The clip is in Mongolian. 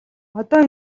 одоо